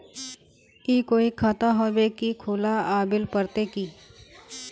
ई कोई खाता होबे है की खुला आबेल पड़ते की?